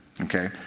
Okay